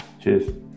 cheers